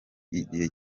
igihe